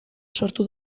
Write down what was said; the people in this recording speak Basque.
sortu